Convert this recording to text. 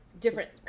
different